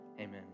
amen